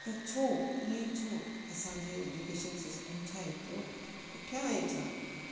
त छो ईं छो असांजे ऐडिकेशन सिस्ट्म छा एतिरो पुठियां आहे छा